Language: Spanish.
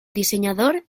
diseñador